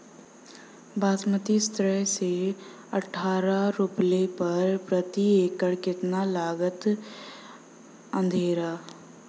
बासमती सत्रह से अठारह रोपले पर प्रति एकड़ कितना लागत अंधेरा?